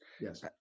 Yes